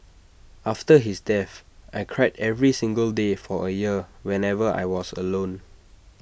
after his death I cried every single day for A year whenever I was alone